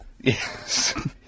Yes